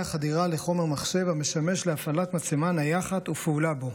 חדירה לחומר מחשב המשמש להפעלת מצלמה נייחת ופעולה בו,